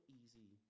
easy